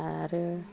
आरो